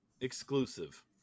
exclusive